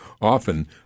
often